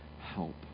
help